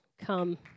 come